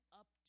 up